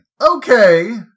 Okay